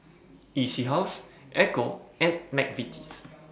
E C House Ecco and Mcvitie's